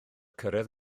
cyrraedd